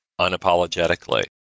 unapologetically